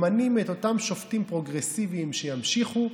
ממנים את אותם שופטים פרוגרסיביים שימשיכו,